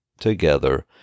together